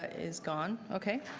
ah is gone. okay.